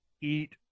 Eat